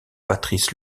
patrice